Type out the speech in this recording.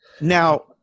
Now